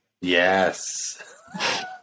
Yes